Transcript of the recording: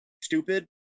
stupid